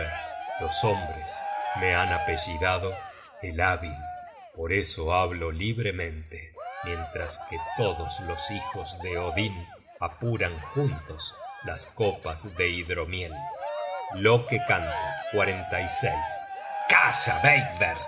los hombres me han apellidado el hábil por eso hablo libremente mientras que todos los hijos de odin apuran juntos las copas de hidromiel loke canta calla